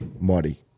muddy